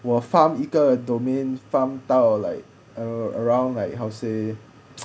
我 farm 一个 domain farm 到 like err around like how say